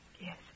Yes